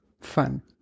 fun